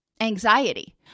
anxiety